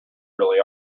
really